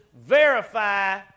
verify